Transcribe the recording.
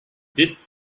this